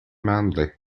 manley